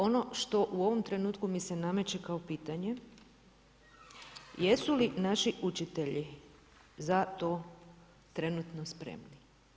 Ono što u ovom trenutku mi se nameće kao pitanje, jesu li naši učitelji za to trenutno spremni?